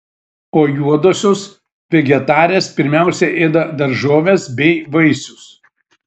o juodosios vegetarės pirmiausia ėda daržoves bei vaisius